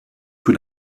für